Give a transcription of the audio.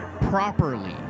properly